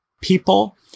People